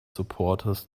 supporters